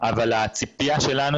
אבל הציפייה שלנו,